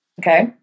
okay